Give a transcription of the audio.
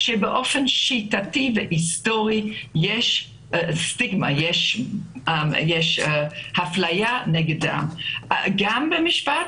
שבאופן שיטתי והיסטורי יש סטיגמה ואפליה נגד הקבוצה.